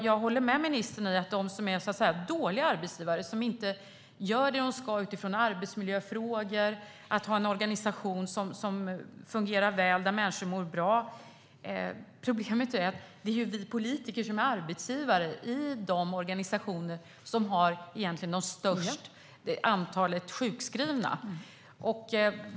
Jag håller med ministern angående dåliga arbetsgivare, som inte gör det de ska i arbetsmiljöfrågor och inte har en organisation som fungerar väl och där människor mår bra. Problemet är ju att det egentligen är vi politiker som är arbetsgivare i de organisationer som har det största antalet sjukskrivna.